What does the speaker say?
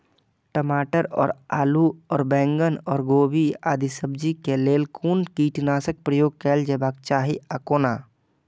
टमाटर और आलू और बैंगन और गोभी आदि सब्जी केय लेल कुन कीटनाशक प्रयोग कैल जेबाक चाहि आ कोना?